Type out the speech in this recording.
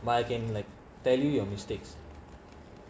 but I can like tell you your mistakes